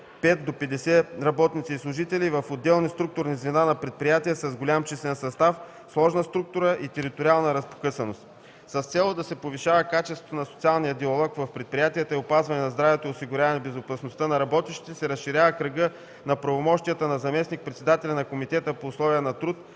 5 до 50 работници и служители и в отделните структурни звена на предприятие с голям числен състав, сложна структура и териториална разпокъсаност. С цел повишаване качеството на социалния диалог в предприятията и опазване здравето и осигуряване безопасността на работещите се разширява кръгът на правомощията на заместник-председателя на комитета по условия на труд